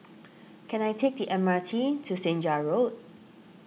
can I take the M R T to Senja Road